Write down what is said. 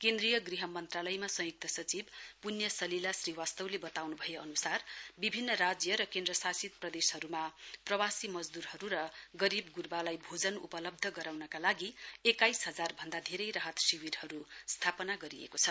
केन्द्रीय गृह मन्त्रालयमा संयुक्त सचिव पुण्य सलिला श्रीवास्तवले बताउन् भए अनुसार विभिन्न राज्य र केन्द्रशासित प्रदेशहरूमा प्रवासी मजदूरहरू र गरीब ग्र्वालाई भोजन उपलब्ध गराउनका लागि एक्काइस हजार भन्दा धेरै राहत शिविरहरू स्थापना गरिएको छ